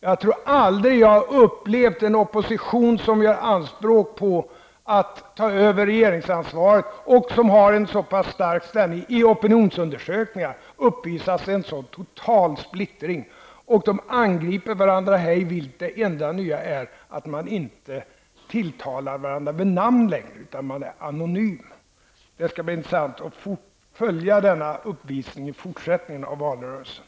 Jag tror aldrig att jag har upplevt en opposition som gör anspråk på att ta över regeringsansvaret och som har en så pass stark ställning i opinionsundersökningar, uppvisa en sådan total splittring. De angriper varandra hej vilt. Det enda nya är att de inte tilltalar varandra med namn längre utan är anonyma. Det skall bli intressant att följa denna uppvisning i fortsättningen av valrörelsen.